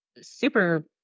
super